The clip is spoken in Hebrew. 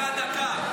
שנייה, דקה.